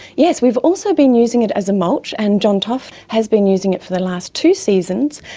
yes, we've also been using it as a mulch, and john toft has been using it for the last two seasons,